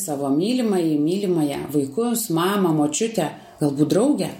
savo mylimąjį mylimąją vaikus mamą močiutę galbūt drauge